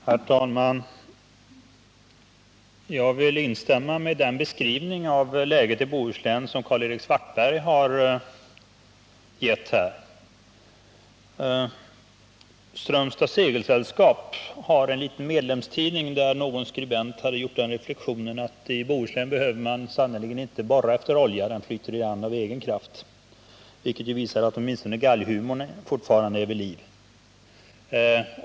Herr talman! Jag vill instämma i den beskrivning av läget i Bohuslän som Karl-Erik Svartberg gav. Strömstads segelsällskap har en liten medlemstidning, där någon skribent har gjort den reflexionen att i Bohuslän behöver man sannerligen inte borra efter olja, den flyter i land av egen kraft. Detta visar att åtminstone galghumorn fortfarande är vid liv.